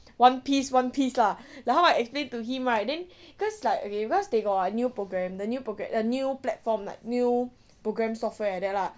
one piece one piece lah like how I explained to him right then cause like okay cause they got a new programme the new pro~ the new platform like new program software like that lah